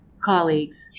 colleagues